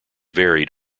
varied